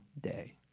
day